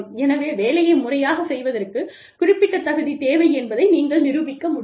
எனவே வேலையை முறையாகச் செய்வதற்கு குறிப்பிட்ட தகுதி தேவை என்பதை நீங்கள் நிரூபிக்க முடியும்